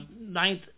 ninth